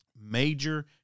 major